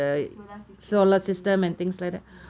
the solar system the universe ya